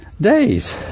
days